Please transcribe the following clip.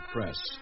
Press